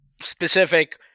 specific